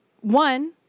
one